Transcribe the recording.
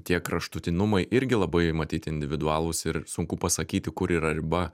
tie kraštutinumai irgi labai matyt individualūs ir sunku pasakyti kur yra riba